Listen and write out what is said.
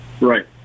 Right